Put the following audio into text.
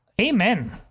amen